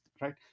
right